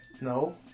No